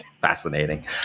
fascinating